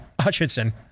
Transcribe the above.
Hutchinson